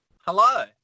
Hello